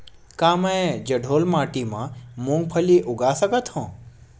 का मैं जलोढ़ माटी म मूंगफली उगा सकत हंव?